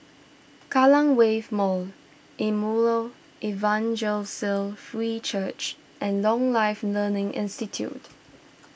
Kallang Wave Mall Emmanuel Evangelical Free Church and Lifelong Learning Institute